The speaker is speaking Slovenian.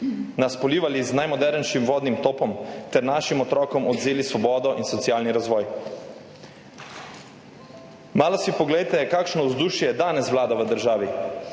nas polivali z najmodernejšim vodnim topom ter našim otrokom odvzeli svobodo in socialni razvoj? Malo si poglejte, kakšno vzdušje danes vlada v državi.